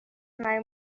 nabi